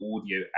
audio